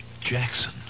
Jackson